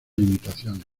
limitaciones